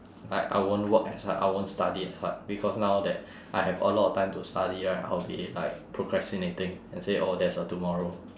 like I won't work as hard I won't study as hard because now that I have a lot of time to study right I will be like procrastinating and say oh there's a tomorrow